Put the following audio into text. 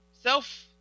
self